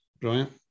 Brilliant